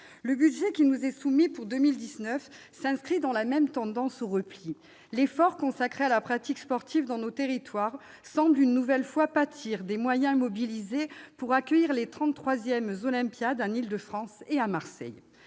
Le budget qui nous est soumis pour 2019 s'inscrit dans la même tendance au repli. L'effort consacré à la pratique sportive dans nos territoires semble une nouvelle fois pâtir des moyens mobilisés pour accueillir les jeux de la XXXIII Olympiade en Île-de-France et à Marseille.